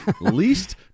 least